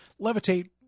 levitate